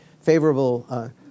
favorable